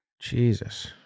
Jesus